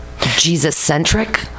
Jesus-centric